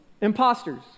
imposters